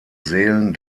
seelen